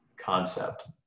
concept